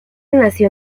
nació